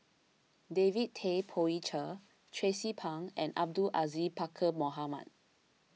David Tay Poey Cher Tracie Pang and Abdul Aziz Pakkeer Mohamed